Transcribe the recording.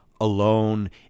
alone